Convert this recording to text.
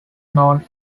known